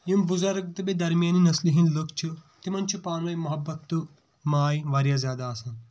یِم بُزرگ تہٕ بیٚیہِ درمِیٲنی نسلہِ ہنٛدۍ لکھ چھِ تِمن چُھ پٲنہٕ ؤنۍ محبت تہٕ ماے واریاہ زیادٕ آسان